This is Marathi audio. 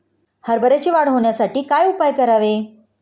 हरभऱ्याची वाढ होण्यासाठी काय उपाय करावे?